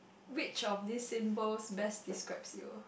which of these symbols best describes you